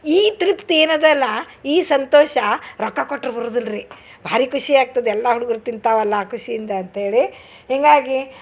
ಈ ತೃಪ್ತಿ ಏನದಲ್ಲ ಈ ಸಂತೋಷ ರೊಕ್ಕ ಕೊಟ್ಟರು ಬರುದಿಲ್ರಿ ಭಾರಿ ಖುಷಿ ಆಗ್ತದೆ ಎಲ್ಲಾ ಹುಡ್ಗುರು ತಿಂತಾವಲ್ಲ ಖುಷಿಯಿಂದ ಅಂತೇಳಿ ಹೀಗಾಗಿ